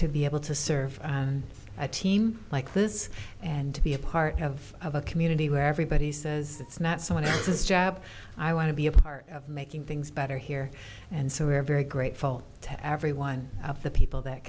to be able to serve on a team like this and to be a part of a community where everybody says it's not so much his job i want to be a part of making things better here and so we're very grateful to every one of the people that